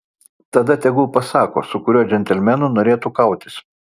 tada tegul pasako su kuriuo džentelmenu norėtų kautis